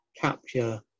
capture